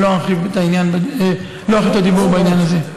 ולא ארחיב את הדיבור בעניין הזה.